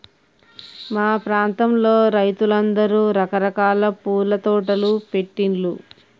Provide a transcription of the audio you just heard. మా ప్రాంతంలో రైతులందరూ రకరకాల పూల తోటలు పెట్టిన్లు